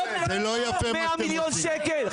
100 מיליון שקל,